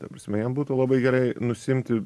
ta prasme jam būtų labai gerai nusiimti